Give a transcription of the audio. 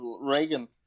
reagan